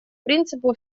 принципу